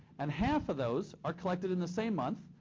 and half of those are collected in the same month,